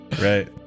Right